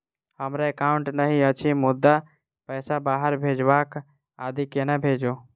हमरा एकाउन्ट नहि अछि मुदा पैसा बाहर भेजबाक आदि केना भेजू?